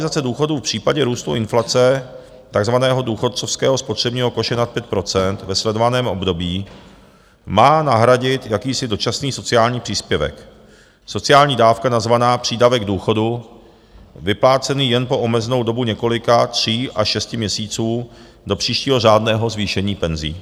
Mimořádné valorizace důchodů v případě růstu inflace takzvaného důchodcovského spotřebního koše nad 5 % ve sledovaném období má nahradit jakýsi dočasný sociální příspěvek, sociální dávka nazvaná přídavek důchodu vyplácený jen po omezenou dobu několika, tří až šesti, měsíců do příštího řádného zvýšení penzí.